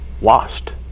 lost